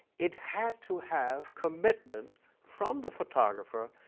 it had to have commitments from the photographer,